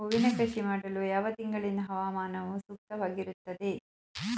ಹೂವಿನ ಕೃಷಿ ಮಾಡಲು ಯಾವ ತಿಂಗಳಿನ ಹವಾಮಾನವು ಸೂಕ್ತವಾಗಿರುತ್ತದೆ?